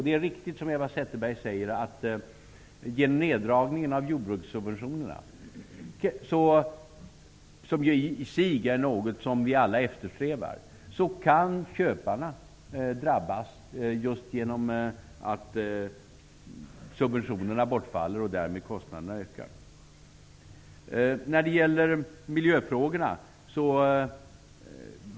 Det är riktigt som Annika Åhnberg säger att vid neddragningen av jordbrukssubventionerna, som i sig är något som vi alla eftersträvar, kan köparna drabbas just genom att subventionerna bortfaller och därmed kostnaderna ökar.